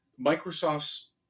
Microsoft's